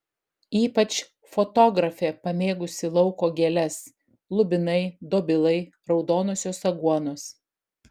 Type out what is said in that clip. ypač fotografė pamėgusi lauko gėles lubinai dobilai raudonosios aguonos